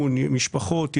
אני לא רוצה לפתוח שאלות.